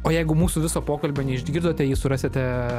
o jeigu mūsų viso pokalbio neišgirdote jį surasite